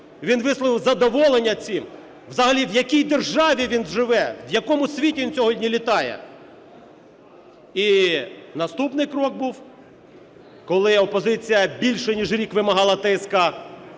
Він висловив задоволення цим. Взагалі, в якій державі він живе? В якому світі він сьогодні літає? І наступний крок був, коли опозиція більше ніж рік вимагала ТСК.